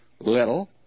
little